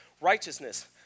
Righteousness